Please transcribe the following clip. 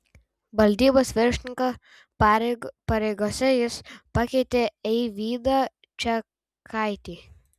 valdybos viršininko pareigose jis pakeitė eivydą čekaitį